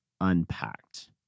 unpacked